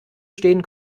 stehen